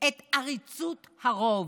את עריצות הרוב?